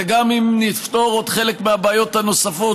וגם אם נפתור עוד חלק מהבעיות הנוספות